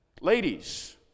Ladies